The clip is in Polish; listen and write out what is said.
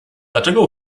dlaczego